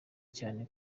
cyane